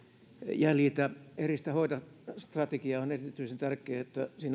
jäljitä eristä hoida strategiassa on erityisen tärkeää että